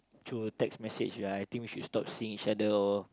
through text message like I think we should stop seeing each other or